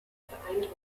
beeindruckend